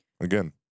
again